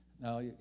Now